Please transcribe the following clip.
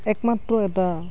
একমাত্ৰ এটা